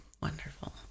wonderful